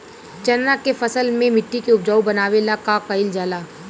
चन्ना के फसल में मिट्टी के उपजाऊ बनावे ला का कइल जाला?